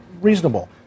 reasonable